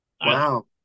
Wow